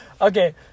okay